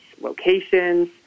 locations